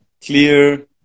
clear